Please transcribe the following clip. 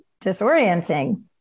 disorienting